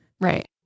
Right